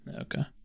Okay